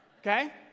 okay